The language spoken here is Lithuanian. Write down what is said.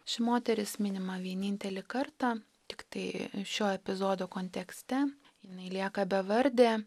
ši moteris minima vienintelį kartą tiktai šio epizodo kontekste jinai lieka bevardė